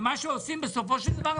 ומה שעושים בסופו של דבר,